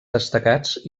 destacats